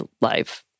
life